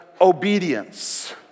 obedience